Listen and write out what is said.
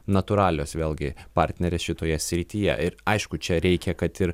natūralios vėlgi partnerės šitoje srityje ir aišku čia reikia kad ir